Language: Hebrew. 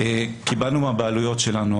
קיבלנו מהבעלויות שלנו,